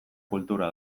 kultura